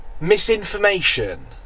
misinformation